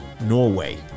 Norway